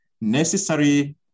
necessary